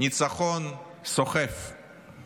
ניצחון סוחף במלחמה הזאת.